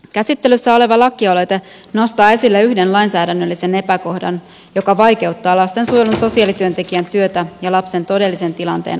käsittelyssä oleva lakialoite nostaa esille yhden lainsäädännöllisen epäkohdan joka vaikeuttaa lastensuojelun sosiaalityöntekijän työtä ja lapsen todellisen tilanteen arviointia